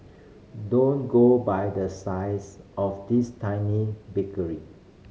don't go by the size of this tiny bakery